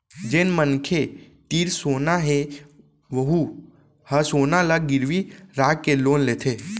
जेन मनखे तीर सोना हे वहूँ ह सोना ल गिरवी राखके लोन लेथे